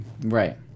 Right